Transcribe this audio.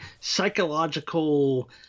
psychological